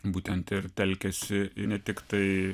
būtent ir telkėsi ne tiktai